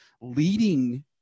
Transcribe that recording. leading